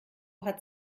hat